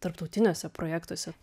tarptautiniuose projektuose